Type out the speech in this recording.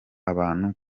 abantu